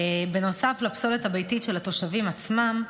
נוסף לפסולת הביתית של התושבים עצמם,